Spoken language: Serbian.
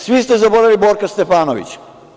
Svi ste zaboravili Borka Stefanovića.